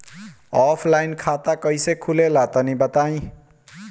Offline खाता कइसे खुलेला तनि बताईं?